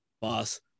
boss